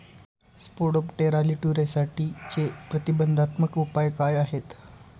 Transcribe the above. Spodoptera लिट्युरासाठीचे प्रतिबंधात्मक उपाय काय आहेत?